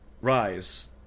Rise